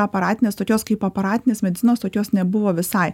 aparatinės tokios kaip aparatinės medicinos tokios nebuvo visai